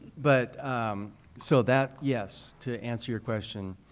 but so that yes, to answer your question,